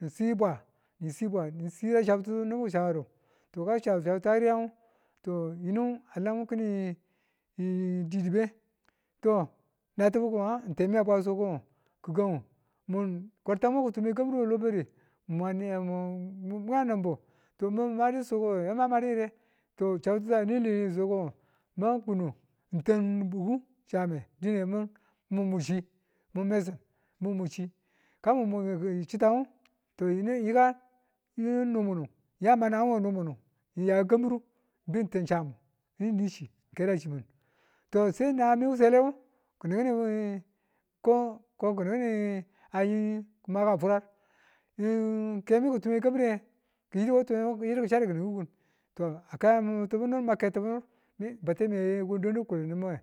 ni sibwa nisi bwa ni sira chabtitu nibu ki chabadu to kan ngu chattutu a riyan ngu to yinu alam kini ee didibe to natibu ko nga temi a bwa so ko ngo gi̱gang ngu kwartamo kitunge kambi̱ru we lobi̱ri, mwa niye mu ma numbu toso min ma ma du yire to chabtu a ne lweni ko ngo mwa kunu na tan bugu chambe dine ma mumuchi kan mumunchang to yinu n yikan yinu nu nuru ng yan managang we munkun ng ya kambi̱ru ng ben tan cham, ng ni chi, ng kerachi̱min to se nayemi wu sele nge kin kini ayi ki̱maka fural kemi ki̱ tume kambi̱re ki̱yidu ki̱ chaddu kịni̱kun. To a kayami ng ti nur ma kai ti̱bu nur mi batemi a fwami ko ng dandi̱ kuli̱n nubuwe.